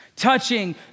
Touching